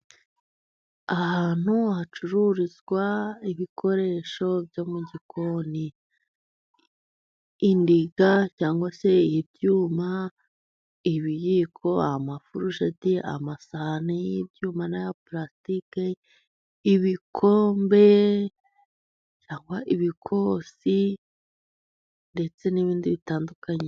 Ahantu hacururizwa ibikoresho byo mu gikoni. Indiga cyangwa se ibyuma, ibiyiko, amafurusheti, amasahani y'ibyuma n'aya pulasitiki, ibikombe cyangwa ibikosi, ndetse n'ibindi bitandukanye.